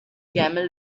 camel